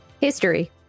History